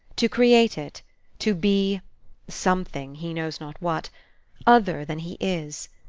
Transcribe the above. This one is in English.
to create it to be something, he knows not what other than he is.